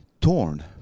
torn